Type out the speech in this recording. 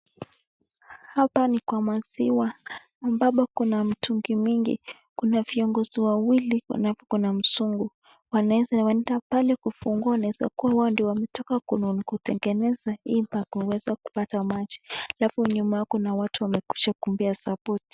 Hapa ni kwa maziwa ambapo kuna mitungi mingi, kuna viongozi wawili na kuna mzungu, wanaenda pale kufungua ikwa hao ndio wametoka kutengeneza hii nyumba kuweza kupata maji, alafu nyuma kuna watu wamekuja kusapoti.